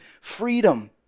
freedom